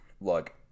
look